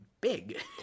big